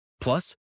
plus